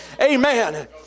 amen